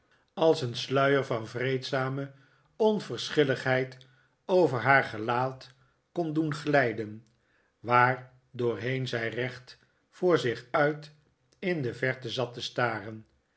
als een sluier van vreedzame onverschilligheid over haar gelaat kon doen glijden waardoorheen zij recht voor zich uit in de verte zat te staren